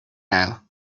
now